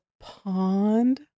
pond